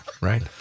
right